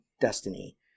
destiny